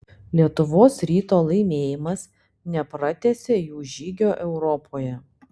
lietuvos ryto laimėjimas nepratęsė jų žygio europoje